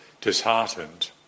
disheartened